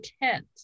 intent